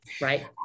Right